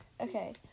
Okay